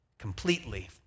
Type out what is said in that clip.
completely